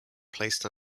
placed